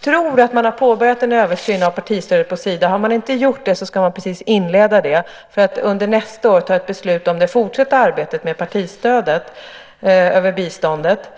tror att man på Sida har påbörjat en översyn av partistödet. Om man inte har gjort det ska man precis inleda det för att nästa år fatta beslut om det fortsatta arbetet med partistödet över biståndet.